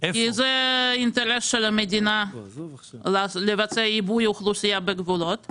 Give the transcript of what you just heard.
כי זה אינטרס של המדינה לבצע עיבוי אוכלוסייה בגבולות.